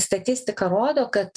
statistika rodo kad